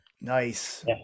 nice